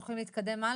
לא?